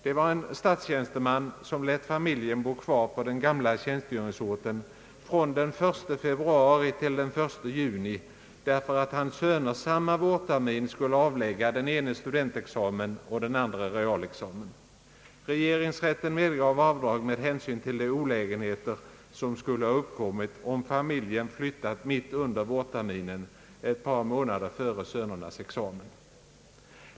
Det var en statstjänsteman som lät familjen bo kvar på den gamla tjänstgöringsorten från den 1 februari till den 1 juni, därför att hans söner samma vårtermin skulle avlägga, den ene studentexamen och den andre realexamen. Regeringsrätten medgav avdrag med hänsyn till de olägenheter som skulle ha uppkommit, om familjen flyttat mitt under vårterminen ett par månader före sönernas examen.